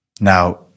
Now